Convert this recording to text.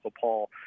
paul